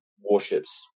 warships